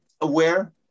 aware